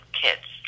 kids